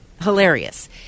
hilarious